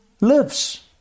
lives